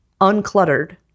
uncluttered